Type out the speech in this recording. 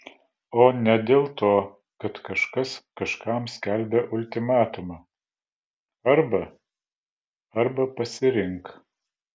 o ne dėl to kad kažkas kažkam skelbia ultimatumą arba arba pasirink